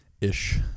ish